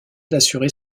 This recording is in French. d’assurer